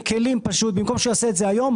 אנחנו מקלים ובמקום שהוא יעשה את זה היום,